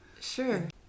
Sure